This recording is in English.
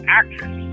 actress